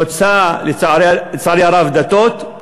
חוצה, לצערי הרב, דתות,